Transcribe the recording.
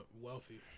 wealthy